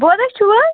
بوزان چھُو حظ